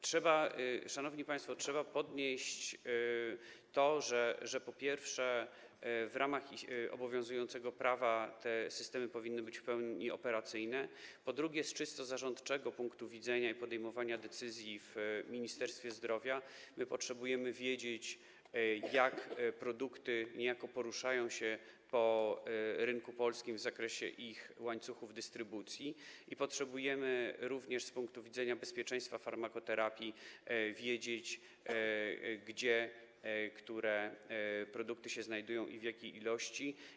Trzeba, szanowni państwo, podnieść to, że po pierwsze, w ramach obowiązującego prawa te systemy powinny być w pełni operacyjne, po drugie, z czysto zarządczego punktu widzenia i podejmowania decyzji w Ministerstwie Zdrowia potrzebujemy wiedzieć, jak produkty poruszają się po rynku polskim w zakresie ich łańcuchów dystrybucji, jak również z punktu widzenia bezpieczeństwa farmakoterapii potrzebujemy wiedzieć, gdzie które produkty się znajdują i w jakiej są ilości.